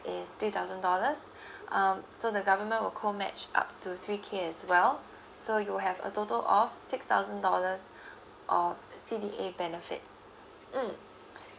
it's three thousand dollars um so the government will co match up to three k as well so you have a total of six thousand dollars of C_D_A benefits mm